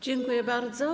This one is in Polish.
Dziękuję bardzo.